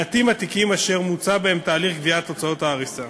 מעטים התיקים אשר מוצה בהם תהליך גביית הוצאות ההריסה.